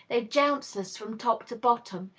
they jounce us from top to bottom,